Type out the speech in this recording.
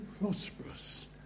prosperous